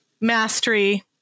mastery